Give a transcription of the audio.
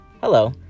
hello